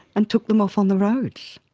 and took them off on the roads.